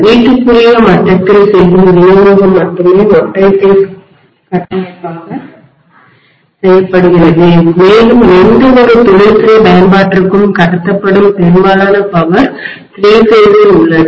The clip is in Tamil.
வீட்டுக்குறிய மட்டத்தில் செய்யும் விநியோகம் மட்டுமே ஒற்றைபேஸ் கட்டமைப்பாக செய்யப்படுகிறது மேலும் எந்தவொரு தொழில்துறை பயன்பாட்டிற்கும் கடத்தப்படும் பெரும்பாலான பவர் 3 பேஸில் உள்ளது